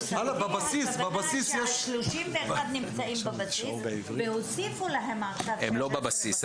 "תוספתי" הכוונה שה-31 בבסיס ועכשיו הוסיפו עליהם 16.5. הם לא בבסיס,